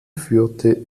führte